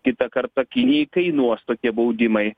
kitą kartą kinijai kainuos tokie baudimai